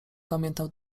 pamiętał